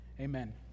Amen